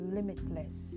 Limitless